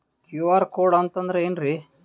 QR code ಅಂತಂದ್ರ ಏನ್ರೀ?